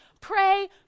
Pray